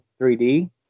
3D